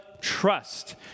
trust